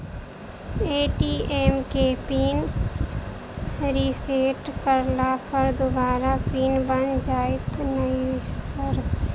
ATM केँ pin reset करला पर दोबारा पिन बन जाइत नै सर?